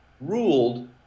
ruled